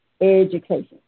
education